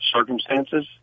circumstances